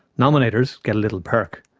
nominators get a little perk,